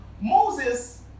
Moses